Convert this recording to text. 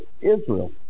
Israel